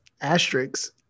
asterisks